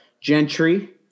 Gentry